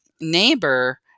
neighbor